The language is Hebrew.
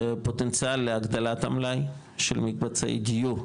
פוטנציאל להגדלת המלאי של מקבצי דיור,